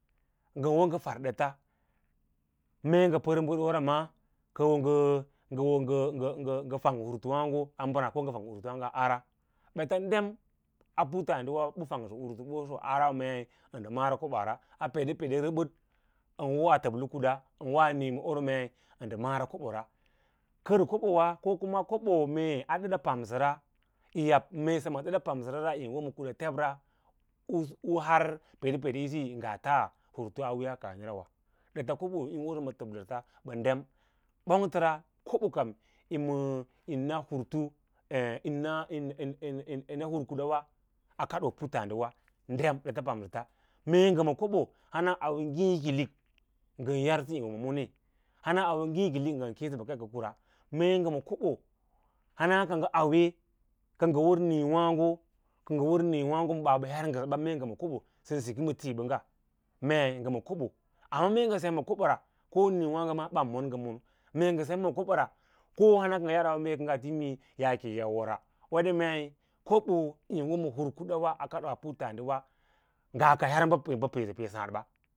Ngən wo ngə far ɗeta mee ngə pər bədoo ra ma kə ngə wo ngə fang hurtu wǎǎgo ko ngə fang ɓə fang sə hur tu ɓosa a arawa mei ən mara kobara a pedepeda ura rəbəd ən woa təblə kuda ən woa níí ma oro mei ən maro kobo ra kər kobo wa ko kuna kobo mee a dəda pannsəra yi yab, mee sem a ɗəda pamsəra ra yin wo ma təb ɓəas perepere ísí ngaa tas a kaah ni ra, ɗə ta kobo yin wosə ma təblə ta ta yi deyu ɓong təna kobo yin na hur tu hur kuda a kadoo puttǎǎɗiwa dem ɗəta pam sətə mee ngə ma kobo hana auwe ngǐǐkiik ngən yar sə maí ma mənee an hana auwe njííkilik ngən kěěsə bəka yi ngə kura mee ngə kobo hana ka ngə auwe kə ngə wər mǐǐ waãgo ma bas bə her ngəsəba mee ngə ma kobo sən siki ma tiiɓəngga mee ngə ma kobo ra luwa mee ngə ngə sem ma kobo ra koa níí waãgo ma ɓan man ngən mono ko nama ka ngə yar auwa mee ko ngaa tinin yi yau yi wora weɗe mei yín wo ma hir kudawa a kadas puttǎǎ diwawa nga ka har bə peesə pee sǎǎd ba.